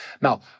Now